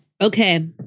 Okay